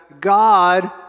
God